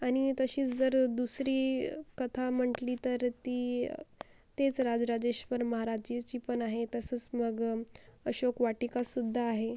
आणि तशीच जर दुसरी कथा म्हटली तर ती तेच राजराजेश्वर महाराजाची पण आहे तसंच मग अशोकवाटिकासुद्धा आहे